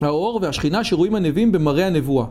והאור והשכינה שרואים הנביאים במראה הנבואה.